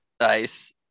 Nice